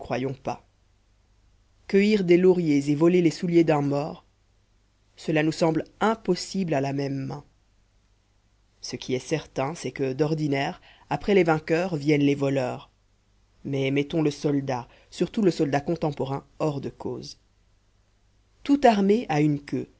pas cueillir des lauriers et voler les souliers d'un mort cela nous semble impossible à la même main ce qui est certain c'est que d'ordinaire après les vainqueurs viennent les voleurs mais mettons le soldat surtout le soldat contemporain hors de cause toute armée a une queue